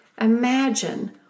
Imagine